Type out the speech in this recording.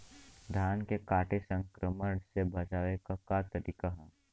धान के कीट संक्रमण से बचावे क का तरीका ह?